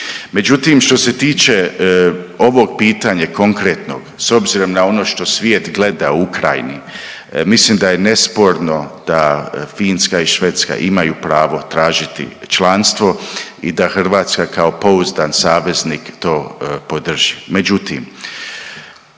Međutim, što se tiče ovog pitanja konkretnog s obzirom na ono što svijet gleda u Ukrajini mislim da je nesporno da Finska i Švedska imaju pravo tražiti članstvo i da Hrvatska kao pouzdan saveznik to podrži.